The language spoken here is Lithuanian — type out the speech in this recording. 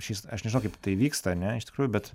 šis aš nežinau kaip tai vyksta ane iš tikrųjų bet